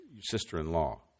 sister-in-law